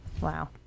Wow